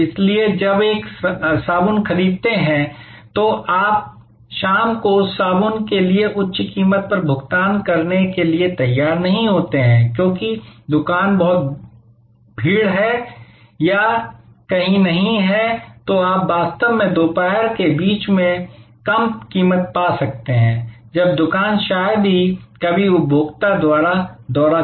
इसलिए जब एक साबुन खरीदते हैं तो आप शाम को उस साबुन के लिए उच्च कीमत का भुगतान करने के लिए तैयार नहीं होते हैं क्योंकि दुकान बहुत भीड़ है या कहीं नहीं है तो आप वास्तव में दोपहर के बीच में कम कीमत पा सकते हैं जब दुकान शायद ही कभी उपभोक्ता द्वारा दौरा किया